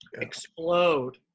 explode